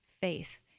faith